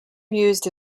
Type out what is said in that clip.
used